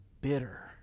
bitter